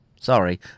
Sorry